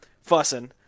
fussing